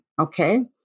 Okay